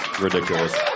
Ridiculous